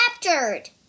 captured